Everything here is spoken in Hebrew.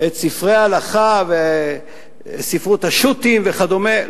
את ספרי ההלכה והשו"תים וכדומה,